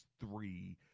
three